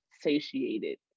satiated